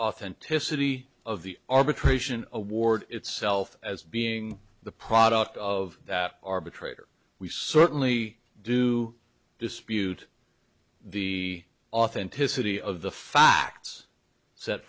authenticity of the arbitration award itself as being the product of that arbitrator we certainly do dispute the authenticity of the facts set